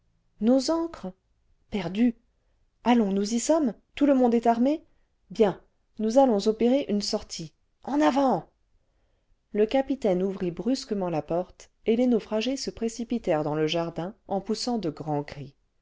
nos ancres perdues allons mous y sommes tout le monde est armé bien nous allons opérer une sorttie en avant le capitaine ouvrit brusquement la porte et les naufragés se précipitèrent dans le jardin en poussant de grands cris